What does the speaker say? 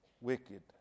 wicked